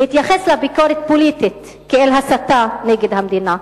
להתייחס לביקורת פוליטית כאל הסתה נגד המדינה.